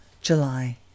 July